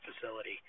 facility